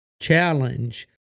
Challenge